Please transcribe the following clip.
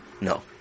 No